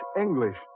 English